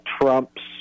Trump's